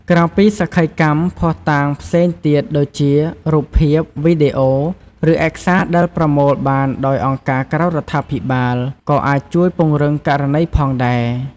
ក្រៅពីសក្ខីកម្ម ភស្តុតាងផ្សេងទៀតដូចជា រូបភាព វីដេអូ ឬឯកសារដែលប្រមូលបានដោយអង្គការក្រៅរដ្ឋាភិបាល ក៏អាចជួយពង្រឹងករណីផងដែរ។